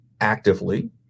actively